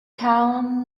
coin